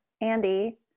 Andy